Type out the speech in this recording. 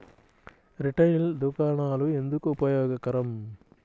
Retail దుకాణాలు ఎందుకు ఉపయోగకరం?